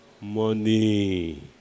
money